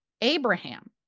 Abraham